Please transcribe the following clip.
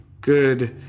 good